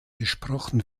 gesprochen